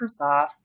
Microsoft